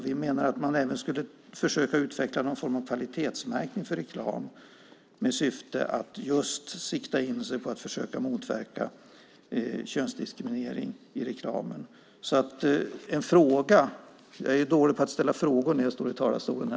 Vi menar att man även skulle försöka att skapa någon form av kvalitetsmärkning för reklam med syftet att försöka motverka könsdiskriminering i reklamen. Jag är dålig på att ställa frågor när jag står i talarstolen.